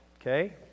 okay